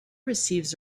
receives